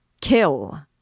Kill